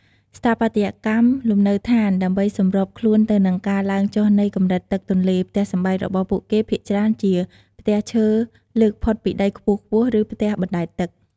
ស្ថាបត្យកម្មលំនៅឋាន ដើម្បីសម្របខ្លួនទៅនឹងការឡើងចុះនៃកម្រិតទឹកទន្លេ ផ្ទះសម្បែងរបស់ពួកគេភាគច្រើនជា ផ្ទះឈើលើកផុតពីដីខ្ពស់ៗ ឬ ផ្ទះបណ្ដែតទឹក។